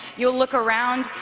you will look around,